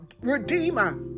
redeemer